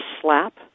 slap